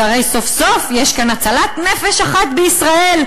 שהרי סוף-סוף יש כאן הצלת נפש אחת בישראל,